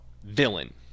villain